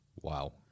Wow